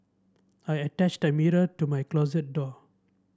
I attached the mirror to my closet door